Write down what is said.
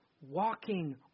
Walking